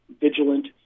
vigilant